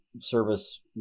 service